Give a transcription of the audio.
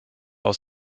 aus